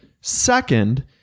Second